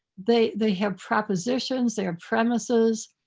they they have propositions, they have premises.